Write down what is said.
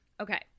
Okay